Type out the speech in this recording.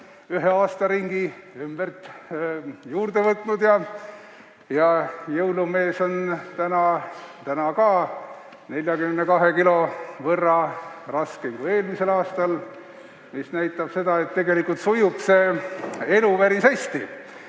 ühe aastaringi ümbert juurde võtnud. Jõulumees on ka täna 42 kilo võrra raskem kui eelmisel aastal, mis näitab seda, et tegelikult sujub elu päris hästi.